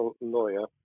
lawyer